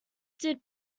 did